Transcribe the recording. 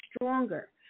stronger